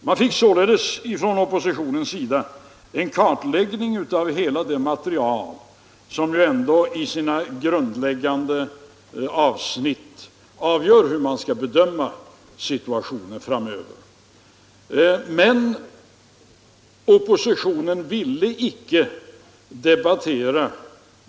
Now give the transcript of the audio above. Oppositionen fick således en kartläggning av hela det material som i sina grundläggande avsnitt avgör hur vi skall bedöma situationen framöver. Men oppositionen ville inte debattera.